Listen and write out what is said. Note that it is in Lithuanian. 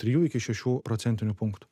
trijų iki šešių procentinių punktų